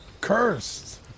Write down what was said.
Cursed